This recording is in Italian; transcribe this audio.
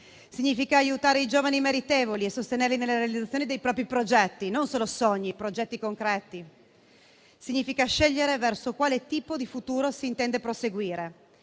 Significa aiutare i giovani meritevoli e sostenerli nella realizzazione dei propri progetti: non solo sogni, ma progetti concreti. Significa scegliere verso quale tipo di futuro si intende proseguire.